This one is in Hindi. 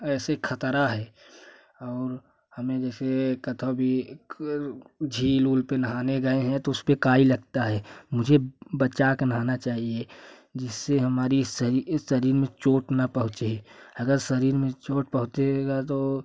ऐसे ख़तरा हैं और हमें जैसे कथाव भी झील वील पर नहाने गए हैं तो उस में काई लगता है मुझे बचा के नहाना चाहिए जिससे हमारे शरीर में चोंट ना पहुँचे अगर शरीर में चोंट पहुँचेगी तो